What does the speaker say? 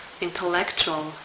intellectual